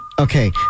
Okay